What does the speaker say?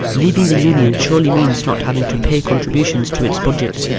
leaving the union surely means not having to pay contributions to its budget,